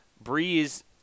Breeze